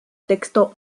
texto